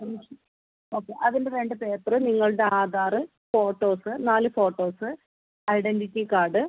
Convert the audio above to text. okay അതിൻ്റെ രണ്ട് paper നിങ്ങളുടെ ആധാർ ഫോട്ടോസ് നാല് ഫോട്ടോസ് ഐഡൻറ്റിറ്റി കാർഡ്